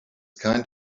kind